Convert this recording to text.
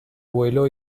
vuelo